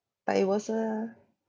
but it was a